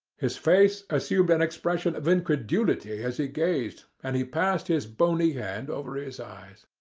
his face assumed an expression of incredulity as he gazed, and he passed his boney hand over his eyes.